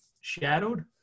shadowed